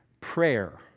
prayer